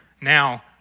Now